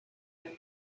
and